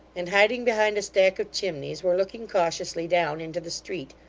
and hiding behind a stack of chimneys, were looking cautiously down into the street,